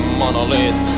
monolith